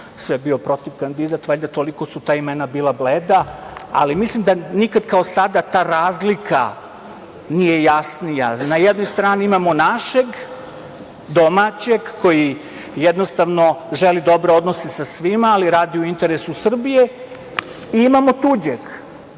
sve bio protiv kandidat. Valjda su toliko ta imena bila bleda, ali mislim da nikad kao sada ta razlika nije jasnija. Na jednoj strani imamo našeg domaćeg, koji jednostavno želi dobre odnose sa svima, ali radi u interesu Srbije i imamo tuđeg